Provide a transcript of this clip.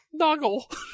Noggle